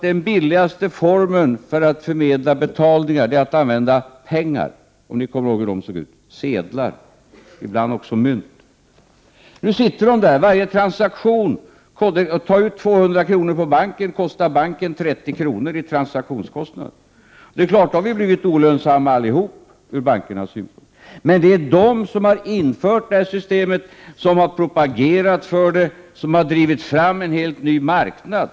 Den billigaste formen för att förmedla betalningar är att använda pengar, om ni kommer ihåg hur de såg ut, att använda sedlar och ibland även mynt. Varje transaktion kostar pengar. Att ta ut 200 kr. kostar banken 30 kr. itransaktionskostnader. Det är klart att vi då har blivit olönsamma allihop ur bankernas synpunkt. Men det är bankerna själva som har infört det här systemet, som har propagerat för det, som har drivit fram en helt ny marknad.